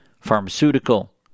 pharmaceutical